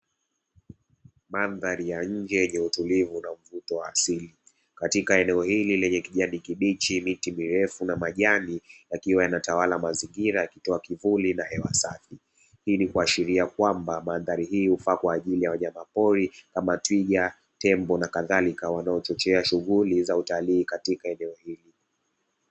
Mandhari ya nje yenye utulivu na mvuto wa asili. Katika eneo hili lenye kijani kibichi, miti mirefu na majani yakiwa yanatawala mazingira yakitoa kivuli na hewa safi, ili kuashiria kwamba mandhari hii hufaa kwa ajili ya wanyamapori kama; twiga, tembo na kadhalika, wanaochochea shughuli za utalii katika eneo hili.